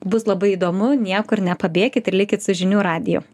bus labai įdomu niekur nepabėkit ir likit su žinių radiju